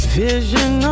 vision